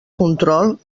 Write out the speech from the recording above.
control